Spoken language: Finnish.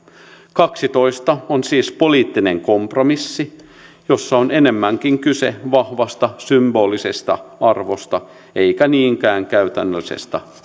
kaksitoista on siis poliittinen kompromissi jossa on enemmänkin kyse vahvasta symbolisesta arvosta eikä niinkään käytännöllisestä